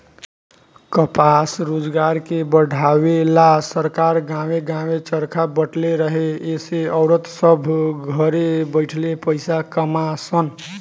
कपास रोजगार के बढ़ावे ला सरकार गांवे गांवे चरखा बटले रहे एसे औरत सभ घरे बैठले पईसा कमा सन